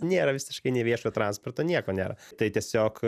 nėra visiškai nei viešojo transporto nieko nėra tai tiesiog